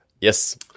Yes